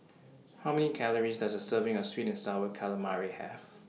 How Many Calories Does A Serving of Sweet and Sour Calamari Have